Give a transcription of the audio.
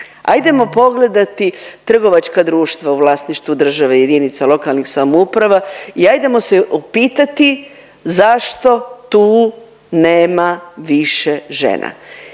hajdemo pogledati trgovačka društva u vlasništvu države, jedinica lokalnih samouprava i hajdemo se upitati zašto tu nema više žena.